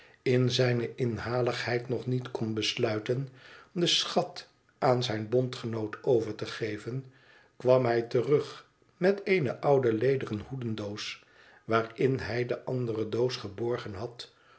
in zijne inhaligheid nog niet kon besluiten den schat aan zijn bondgenoot over te geven kwam hij terug met eene oude lederen hoededoos waarin hij de andere doos geborgen had